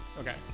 Okay